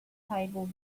table